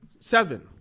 Seven